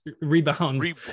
rebounds